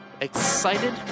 excited